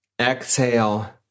exhale